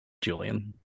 Julian